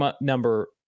number